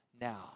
now